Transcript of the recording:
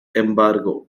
embargo